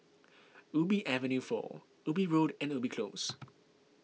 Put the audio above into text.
Ubi Avenue four Ubi Road and Ubi Close